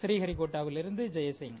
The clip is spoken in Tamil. பநீஹரிகோட்டாவிலிருந்து ஜயசிங்